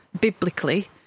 biblically